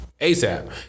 ASAP